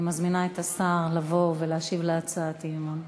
אני מזמינה את השר לבוא ולהשיב על הצעות האי-אמון,